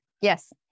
Yes